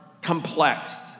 complex